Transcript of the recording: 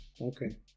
Okay